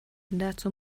dazu